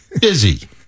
busy